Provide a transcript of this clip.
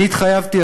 אני התחייבתי,